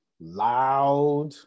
loud